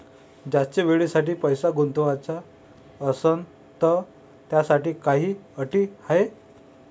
जास्त वेळेसाठी पैसा गुंतवाचा असनं त त्याच्यासाठी काही अटी हाय?